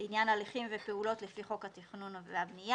לעניין הליכים ופעולות לפי חוק התכנון והבנייה,